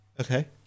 okay